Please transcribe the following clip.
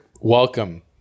Welcome